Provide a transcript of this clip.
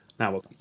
Now